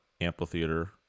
amphitheater